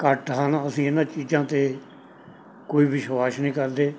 ਘੱਟ ਹਨ ਅਸੀਂ ਇਹਨਾਂ ਚੀਜ਼ਾਂ 'ਤੇ ਕੋਈ ਵਿਸ਼ਵਾਸ ਨਹੀਂ ਕਰਦੇ